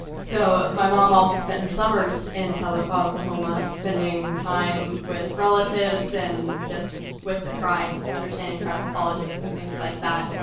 so, my mom also spent her summers in tahlequah, oklahoma, spending time with relatives, and just with the tribe, understanding tribal politics and things like that.